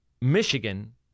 Michigan